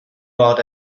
wort